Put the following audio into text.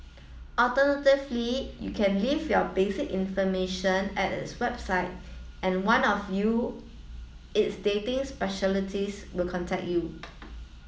alternatively you can leave your base information at its website and one of you its dating specialities will contact you